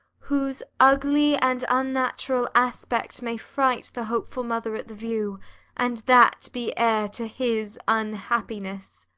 whose ugly and unnatural aspect may fright the hopeful mother at the view and that be heir to his unhappiness!